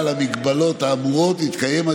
וההסתייגות לא התקבלה.